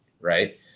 right